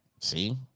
see